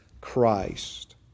Christ